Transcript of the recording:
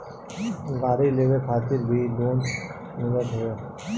गाड़ी लेवे खातिर भी लोन मिलत हवे